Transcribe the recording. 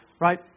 Right